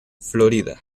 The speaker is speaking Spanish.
florida